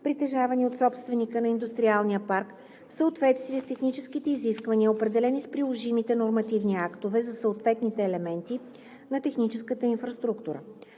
притежавани от собственика на индустриалния парк, в съответствие с техническите изисквания, определени с приложимите нормативни актове за съответните елементи на техническата инфраструктура;